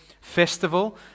festival